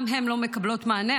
גם הן לא מקבלות מענה,